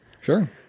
Sure